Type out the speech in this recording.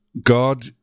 God